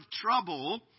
trouble